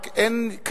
רק אין,